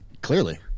Clearly